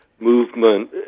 Movement